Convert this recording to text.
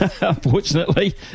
unfortunately